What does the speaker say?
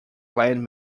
land